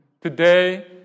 Today